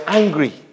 angry